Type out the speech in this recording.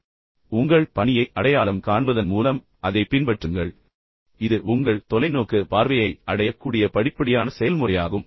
பின்னர் உங்கள் பணியை அடையாளம் காண்பதன் மூலம் அதைப் பின்பற்றுங்கள் இது உங்கள் தொலைநோக்கு பார்வையை அடையக்கூடிய படிப்படியான செயல்முறையாகும்